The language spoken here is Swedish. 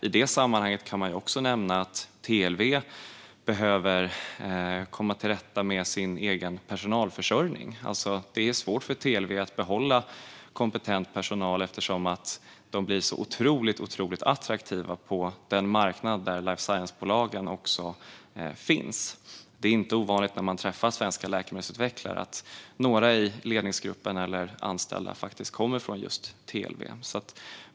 I det sammanhanget kan man nämna att TLV behöver komma till rätta med sin egen personalförsörjning. Det är svårt för TLV att behålla kompetent personal, eftersom de blir så otroligt attraktiva på den marknad där även life science-bolagen finns. När man träffar svenska läkemedelsutvecklare är det inte ovanligt att några i ledningsgruppen eller av de anställda faktiskt kommer från just TLV.